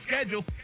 schedule